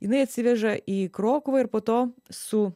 jinai atsiveža į krokuvą ir po to su